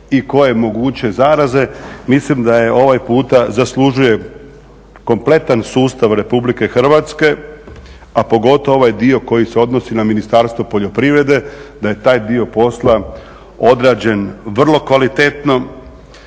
i koje moguće zaraze. Mislim da ovaj puta zaslužuje kompletan sustav Republike Hrvatske, a pogotovo ovaj dio koji se odnosi na Ministarstvo poljoprivrede, da je taj dio posla odrađen vrlo kvalitetno,